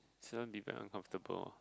is going to be very uncomfortable